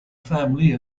family